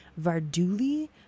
Varduli